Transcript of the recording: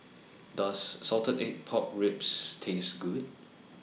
Does Salted Egg Pork Ribs Taste Good